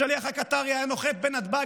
השליח הקטרי היה נוחת בנתב"ג,